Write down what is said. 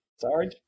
Sorry